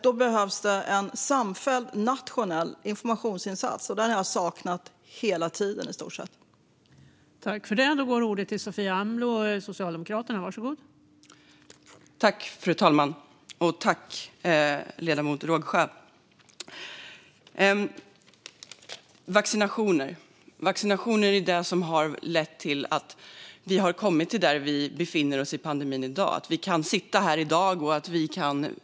Det behövs en samfälld nationell informationsinsats, och den har jag saknat i stort sett hela tiden.